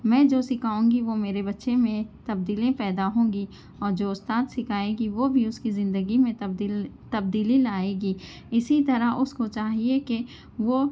میں جو سکھاؤں گی وہ میرے بّچے میں تبدیلی پیدا ہوں گی اور جو استاد سکھائے گی وہ بھی اس کی زندگی میں تبدیل تبدیلی لائے گی اِسی طرح اُس کو چاہیے کہ وہ